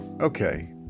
Okay